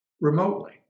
remotely